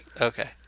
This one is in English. Okay